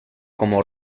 como